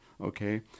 Okay